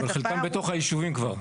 בתוך היישובים כבר,